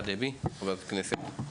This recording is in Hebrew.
חברת הכנסת דבי,